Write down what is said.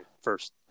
first